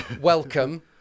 welcome